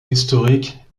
historique